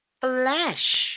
flesh